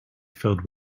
filled